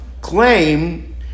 claim